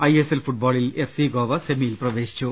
I S L ഫുട്ബോളിൽ F C Goa സെമിയിൽ പ്രവേശിച്ചു